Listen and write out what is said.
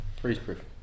Freeze-proof